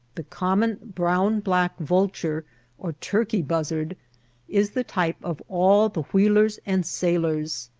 the common brown-black vulture or turkey buzzard is the type of all the wheelers and sail ers.